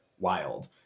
Wild